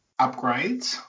upgrades